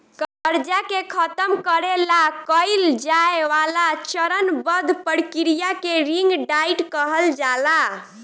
कर्जा के खतम करे ला कइल जाए वाला चरणबद्ध प्रक्रिया के रिंग डाइट कहल जाला